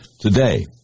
today